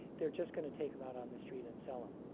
they're just going to take them out on the street and sell them.